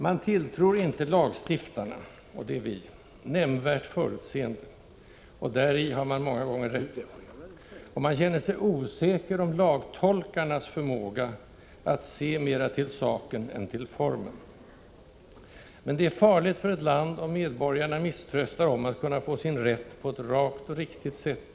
Man tilltror inte lagstiftarna — det är vi — nämnvärt förutseende, och däri har man många gånger rätt. Man känner sig osäker om lagtolkarnas förmåga att se mera till saken än till formen. Men det är farligt för ett land om medborgarna misströstar om att kunna få sin rätt på ett rakt och riktigt sätt, Prot.